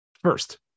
First